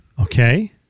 Okay